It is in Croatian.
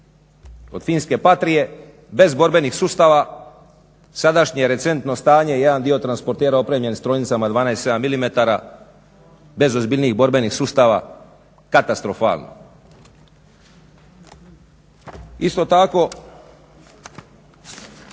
od finske "Patrie" bez borbenih sustava. Sadašnje je recentno stanje jedan dio transportera opremljen strojnicama 12 7 mm bez ozbiljnijih borbenih sustava, katastrofalno. Isto tako,